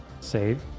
save